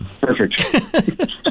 Perfect